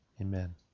Amen